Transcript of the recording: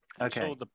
okay